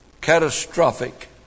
catastrophic